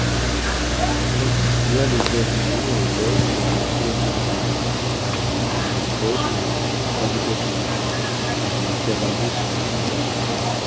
la mouche boit le vermillon et l'or dans les fleurs demi closes et l'ivrogne est le papillon et les cabarets sont les roses